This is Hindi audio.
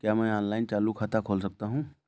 क्या मैं ऑनलाइन चालू खाता खोल सकता हूँ?